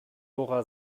dora